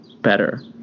better